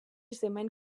ciment